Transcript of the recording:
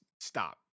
stop